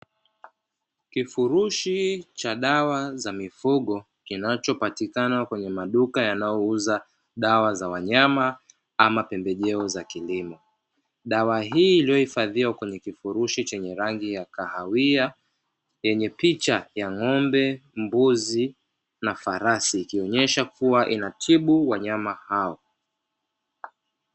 Kifurushi cha dawa za mifugo kinachopatikana kwenye maduka yanayouza dawa za wanyama ama pembejeo za kilimo. Dawa hii iliyohifadhiwa kwenye kifurushi chenye rangi ya kahawia, yenye picha ya ng'ombe, mbuzi na farasi ikionyesha kuwa inatibu wanyama hao.